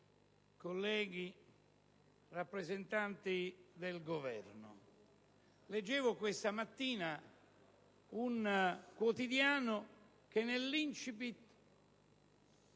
colleghi, rappresentanti del Governo, leggevo questa mattina un quotidiano che nell'*incipit*